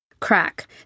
Crack